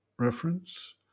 Reference